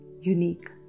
unique